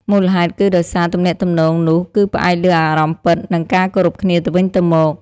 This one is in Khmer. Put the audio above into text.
មូលហេតុគឺដោយសារ ទំនាក់ទំនងនោះគឺផ្អែកលើអារម្មណ៍ពិត និងការគោរពគ្នាទៅវិញទៅមក។